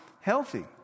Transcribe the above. healthy